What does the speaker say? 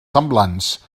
semblants